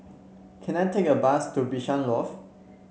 can I take a bus to Bishan Loft